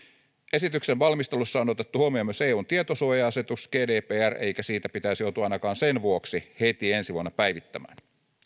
esityksen valmistelussa on otettu huomioon myös eun tietosuoja asetus gdpr eikä esitystä pitäisi joutua ainakaan sen vuoksi heti ensi vuonna päivittämään